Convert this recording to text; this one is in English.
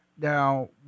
now –